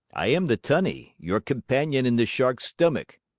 i am the tunny, your companion in the shark's stomach.